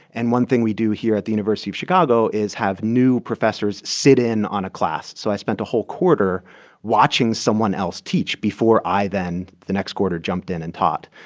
and one thing we do here at the university of chicago is have new professors sit in on a class. so i spent a whole quarter watching someone else teach before i then, then, the next quarter, jumped in and taught.